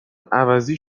عوضی